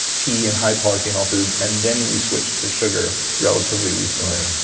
tea, and high polyphenol foods and then we switched to sugar relatively recently.